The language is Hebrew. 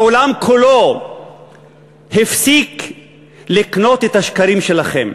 העולם כולו הפסיק לקנות את השקרים שלכם.